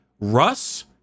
Russ